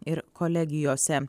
ir kolegijose